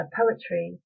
poetry